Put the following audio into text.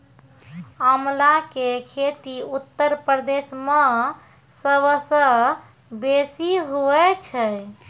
आंवला के खेती उत्तर प्रदेश मअ सबसअ बेसी हुअए छै